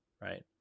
right